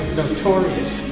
notorious